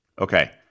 Okay